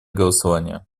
голосования